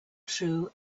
true